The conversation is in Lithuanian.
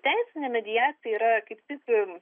teisinė mediacija yra kaip tik